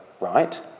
right